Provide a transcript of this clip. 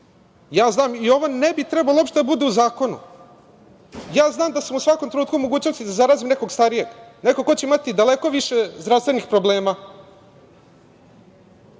drugih. Ovo ne bi trebalo uopšte da bude u zakonu. Znam da sam u svakom trenutku u mogućnosti da zarazim nekog starijeg, nekoga ko će imati daleko više zdravstvenih problema. Nisam